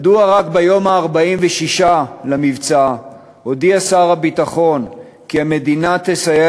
מדוע רק ביום ה-46 למבצע הודיע כי המדינה תסייע